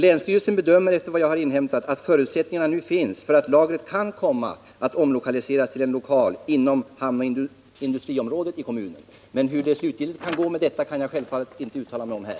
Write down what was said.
Efter vad jag har inhämtat anser länsstyrelsen att förutsättningar nu finns för att lagret kan komma att omlokaliseras till en plats inom hamnoch industriområdet i kommunen. Hur det kommer att gå med detta kan jag självfallet inte uttala mig om här.